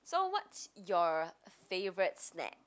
so what's your favourite snack